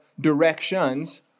directions